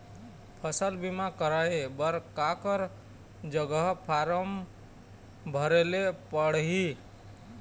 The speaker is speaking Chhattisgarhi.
फसल बीमा कराए बर काकर जग फारम भरेले पड़ही?